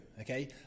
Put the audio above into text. Okay